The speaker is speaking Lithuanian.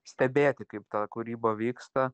stebėti kaip ta kūryba vyksta